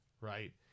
right